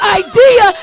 idea